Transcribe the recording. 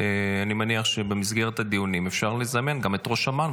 אני מניח שבמסגרת הדיונים אפשר לזמן גם את ראש אמ"ן,